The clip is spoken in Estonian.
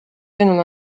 sõnul